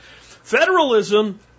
Federalism